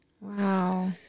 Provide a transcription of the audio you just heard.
Wow